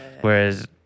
whereas